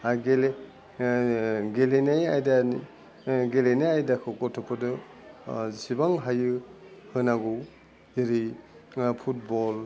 आरो गेले गेलेनाय आयदा गेलेनाय आयदाखौ गथ'फोरजों जिसिबां हायो होनांगौ एरै फुटबल